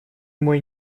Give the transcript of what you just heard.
мой